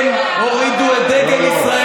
אתה רוצה להרוג, הן הורידו את דגל ישראל,